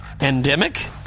Endemic